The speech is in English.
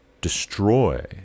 destroy